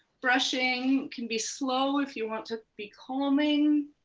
brushing can be slow if you want to be calming.